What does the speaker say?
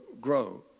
grow